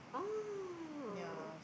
ah